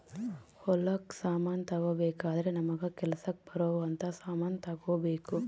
ಹೊಲಕ್ ಸಮಾನ ತಗೊಬೆಕಾದ್ರೆ ನಮಗ ಕೆಲಸಕ್ ಬರೊವ್ ಅಂತ ಸಮಾನ್ ತೆಗೊಬೆಕು